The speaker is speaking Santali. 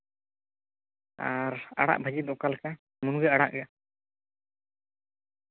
ᱟᱲᱟᱜ ᱵᱷᱟᱹᱡᱤ ᱫᱚ ᱚᱠᱟ ᱞᱮᱠᱟ ᱢᱩᱱᱜᱟᱹ ᱟᱲᱟᱜ ᱜᱮ